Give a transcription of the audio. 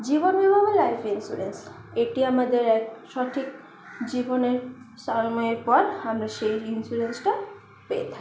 জীবন বীমা বা life insurance এটি আমাদের এক সঠিক জীবনের পর আমরা সেই ইন্সুরেন্সটা পেয়ে থাকি